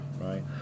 right